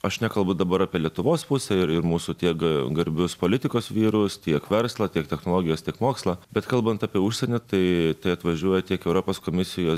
aš nekalbu dabar apie lietuvos pusę ir ir mūsų tiek garbius politikos vyrus tiek verslą tiek technologijas tiek mokslą bet kalbant apie užsienio tai tai atvažiuoja tiek europos komisijos